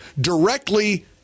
directly